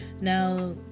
Now